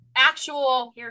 actual